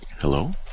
Hello